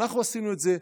ואנחנו עשינו את זה.